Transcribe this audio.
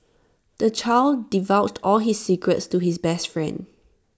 the child divulged all his secrets to his best friend